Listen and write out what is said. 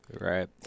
Right